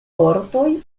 vortoj